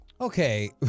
Okay